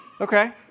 Okay